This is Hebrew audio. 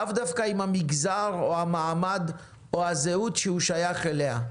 לאו דווקא עם המגזר או המעמד או הזהות שהוא שייך אליה,